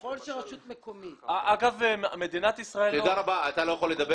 ככל שרשות מקומית --- כשמשרד חינוך בונה בית